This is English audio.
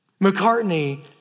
McCartney